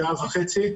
שעה וחצי,